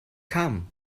come